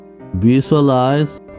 Visualize